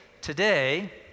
today